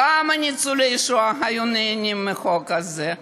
כמה ניצולי שואה היו נהנים מהחוק הזה.